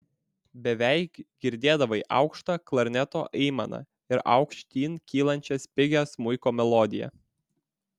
beveik girdėdavai aukštą klarneto aimaną ir aukštyn kylančią spigią smuiko melodiją